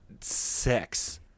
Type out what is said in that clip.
sex